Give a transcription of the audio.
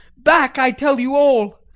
back, i tell you all!